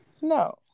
No